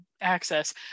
access